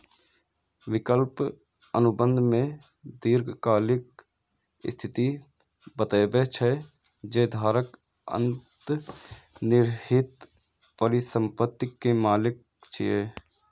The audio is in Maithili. विकल्प अनुबंध मे दीर्घकालिक स्थिति बतबै छै, जे धारक अंतर्निहित परिसंपत्ति के मालिक छियै